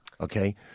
Okay